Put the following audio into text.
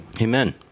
Amen